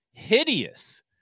hideous